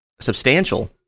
substantial